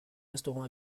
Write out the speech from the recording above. restaurant